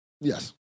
Yes